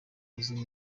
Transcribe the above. uzi